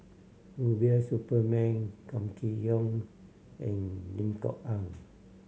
Rubiah Suparman Kam Kee Yong and Lim Kok Ann